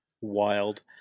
Wild